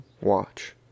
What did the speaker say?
watch